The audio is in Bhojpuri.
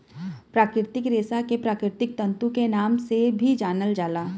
प्राकृतिक रेशा के प्राकृतिक तंतु के नाम से भी जानल जाला